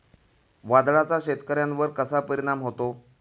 वादळाचा शेतकऱ्यांवर कसा परिणाम होतो?